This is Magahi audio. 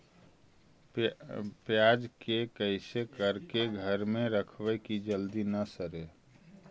प्याज के कैसे करके घर में रखबै कि जल्दी न सड़ै?